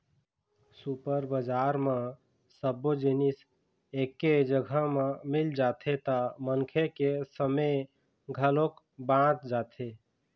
super बजार म सब्बो जिनिस एके जघा म मिल जाथे त मनखे के समे घलोक बाच जाथे